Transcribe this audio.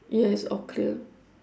yes all clear